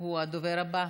והוא הדובר הבא.